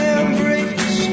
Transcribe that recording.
embrace